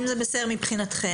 אם זה בסדר מבחינתכם,